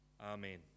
amen